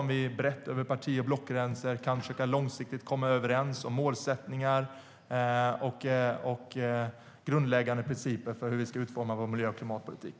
Det är bra om vi brett, över parti och blockgränser, kan försöka komma överens långsiktigt om målsättningar och grundläggande principer för hur vi ska utforma vår miljö och klimatpolitik.